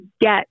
get